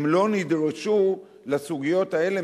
הם לא נדרשו לסוגיות האלה,